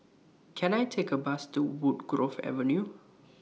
Can I Take A Bus to Woodgrove Avenue